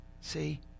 See